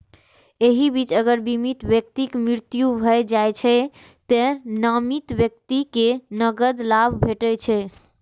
एहि बीच अगर बीमित व्यक्तिक मृत्यु भए जाइ छै, तें नामित व्यक्ति कें नकद लाभ भेटै छै